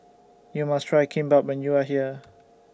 YOU must Try Kimbap when YOU Are here